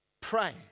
Pray